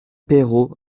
peiro